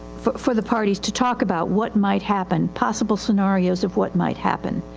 for the parties to talk about what might happen. possible scenarios of what might happen.